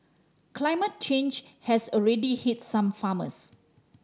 climate change has already hit some farmers